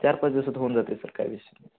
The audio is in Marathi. चार पाच दिवसात होऊन जाते सर काय विषय नाही